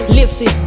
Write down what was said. Listen